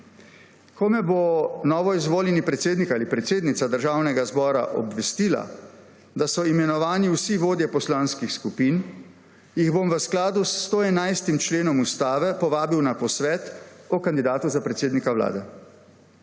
Ko me bo novoizvoljeni predsednik ali predsednica Državnega zbora obvestila, da so imenovani vsi vodje poslanskih skupin, jih bom v skladu s 111. členom Ustave povabil na posvet o kandidatu za predsednika Vlade.